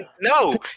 No